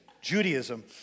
Judaism